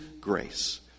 grace